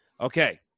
Okay